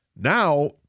Now